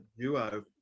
duo